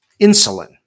insulin